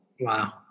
Wow